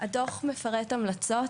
הדוח מפרט המלצות,